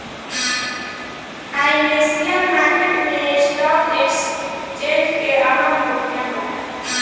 financial market में stock exchange के अहम भूमिका होला